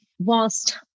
Whilst